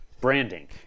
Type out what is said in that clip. branding